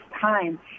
time